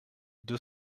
deux